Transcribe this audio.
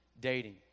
dating